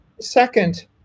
second